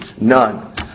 none